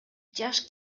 жаш